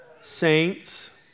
saints